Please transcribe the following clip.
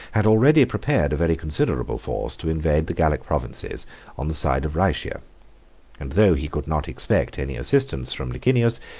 had already prepared a very considerable force to invade the gallic provinces on the side of rhaetia and though he could not expect any assistance from licinius,